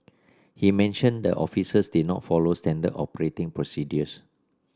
he mentioned the officers did not follow standard operating procedures